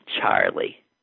Charlie